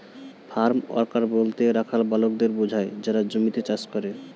farm worker বলতে রাখাল বালকদের বোঝায় যারা জমিতে চাষ করে